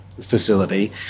facility